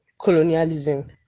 colonialism